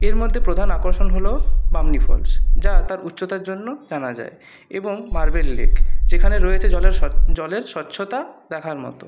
এর মধ্যে প্রধান আকর্ষণ হল বামনি ফলস যা তার উচ্চতার জন্য জানা যায় এবং মার্বেল লেক যেখানে রয়েছে জলের জলের স্বচ্ছতা দেখার মতো